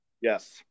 Yes